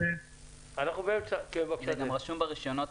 זה גם רשום היום ברישיונות.